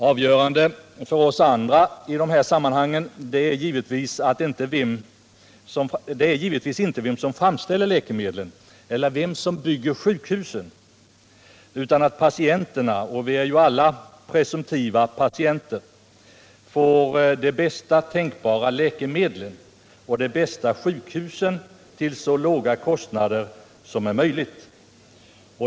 Avgörande för oss andra i dessa sammanhang är givetvis inte vem som framställer läkemedlen eller vem som bygger sjukhusen, utan att patienterna — och vi är ju alla presumtiva patienter — får de bästa tänkbara läkemedlen och de bästa sjukhusen till så låga kostnader som möjligt.